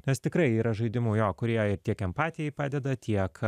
nes tikrai yra žaidimų jo kurie ir tiek empatija padeda tiek